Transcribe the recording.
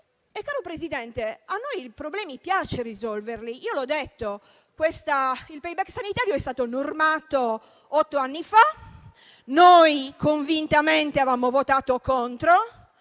Caro Presidente, a noi i problemi piace risolverli, io l'ho detto. Il *payback* sanitario è stato normato otto anni fa e noi convintamente avevamo votato contro.